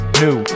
new